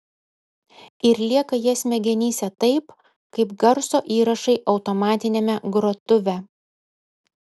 ir lieka jie smegenyse taip kaip garso įrašai automatiniame grotuve